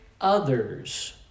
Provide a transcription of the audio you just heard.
others